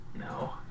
No